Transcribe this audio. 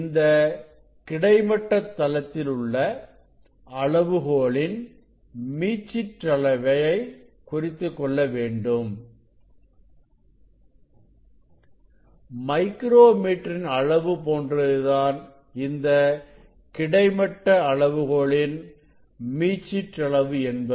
இந்த கிடைமட்ட தளத்தில் உள்ள அளவுகோலின் மீச்சிற்றளவை குறித்துக்கொள்ள வேண்டும் மைக்ரோ மீட்டர் இன் அளவு போன்றதுதான் இந்த கிடைமட்ட அளவுகோலின் மீச்சிற்றளவு என்பது